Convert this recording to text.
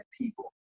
people